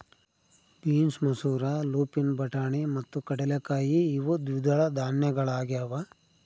beans ಮಸೂರ lupin ಬಟಾಣಿ ಮತ್ತು ಕಡಲೆಕಾಯಿ ಇವು ದ್ವಿದಳ ಧಾನ್ಯಗಳಾಗ್ಯವ